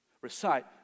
Recite